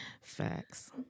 facts